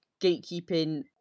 gatekeeping